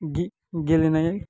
गेलेनाय